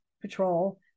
patrol